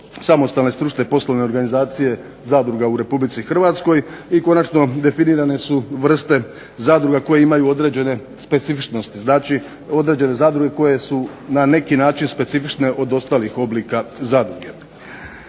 samostalne stručne poslovne organizacije zadruga u Republici Hrvatskoj i konačno definirane su vrste zadruga koje imaju određene specifičnosti. Znači, određene zadruge koje su na neki način specifične od ostalih oblika zadruge.